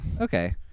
Okay